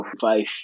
five